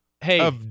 hey